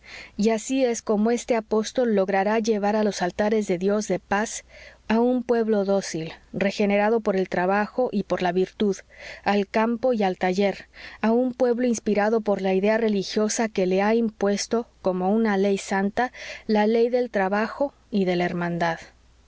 y así es como este apóstol logrará llevar a los altares de un dios de paz a un pueblo dócil regenerado por el trabajo y por la virtud al campo y al taller a un pueblo inspirado por la idea religiosa que le ha impuesto como una ley santa la ley del trabajo y de la hermandad